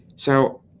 so,